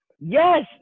yes